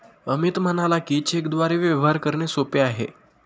अमित म्हणाला की, चेकद्वारे व्यवहार करणे सोपे आहे